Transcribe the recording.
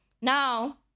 Now